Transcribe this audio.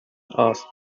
asked